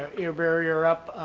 a ah barrier up